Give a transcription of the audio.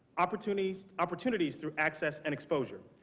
opportunities opportunities through access and exposure.